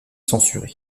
censuré